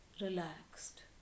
relaxed